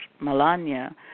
Melania